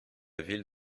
ville